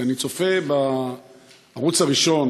אני צופה בערוץ הראשון